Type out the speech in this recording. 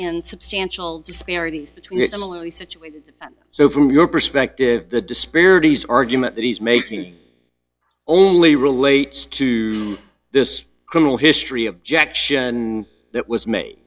in substantial disparities between a similarly situated so from your perspective the disparities argument that he's making only relates to this criminal history objection that was made